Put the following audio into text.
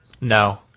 No